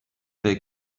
they